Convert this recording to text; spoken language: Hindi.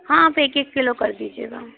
हाँ तो एक एक किलो कर दीजिएगा